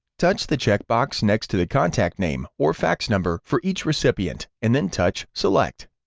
touch the check box next to the contact name or fax number for each recipient, and then touch select.